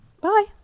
Bye